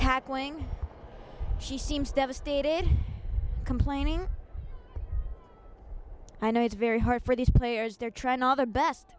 tackling she seems devastated complaining i know it's very hard for these players they're trying all the best